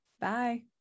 Bye